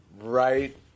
right